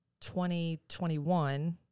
2021